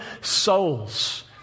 souls